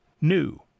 new